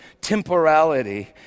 temporality